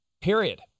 period